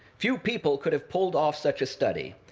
few people could have pulled off such a study.